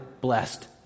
blessed